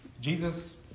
Jesus